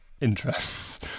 interests